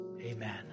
amen